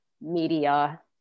media